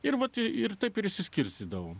ir vat ir taip ir išsiskirstydavome